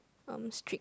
um strict